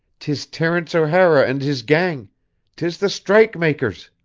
tis terence o'hara and his gang tis the strike-makers.